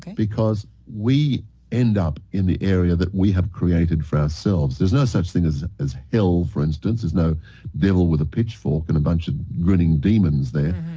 we end up in the area that we have created for ourselves. there's no such thing as as hell, for instance. there's no devil with a pitchfork and a bunch of grinning demons there.